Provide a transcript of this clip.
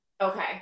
Okay